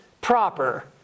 proper